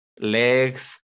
legs